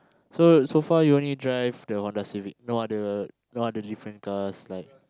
so so far you only drive the Honda-Civic no other no other different cars like